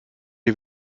ihr